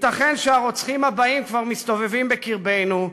ייתכן שהרוצחים הבאים כבר מסתובבים בקרבנו,